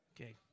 Okay